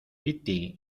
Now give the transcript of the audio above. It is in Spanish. piti